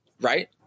Right